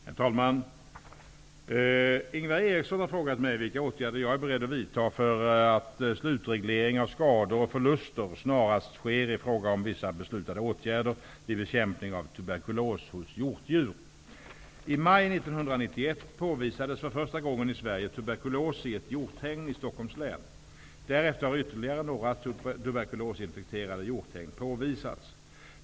Herr talman! Ingvar Eriksson har frågat mig vilka åtgärder jag är beredd att vidtaga för att slutreglering av skador och förluster snarast sker i fråga om vissa beslutade åtgärder vid bekämpning av tuberkulos hos hjortdjur. I maj 1991 påvisades för första gången i Sverige tuberkulos i ett hjorthägn i Stockholms län. Därefter har ytterligare några tuberkulosinfekterade hjorthägn påvisats.